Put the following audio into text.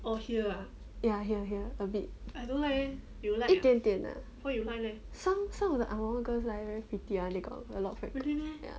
ya here here a bit 一点点 ah some some of the angmoh girls like very pretty they got a lot of freckles ya